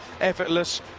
effortless